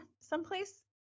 someplace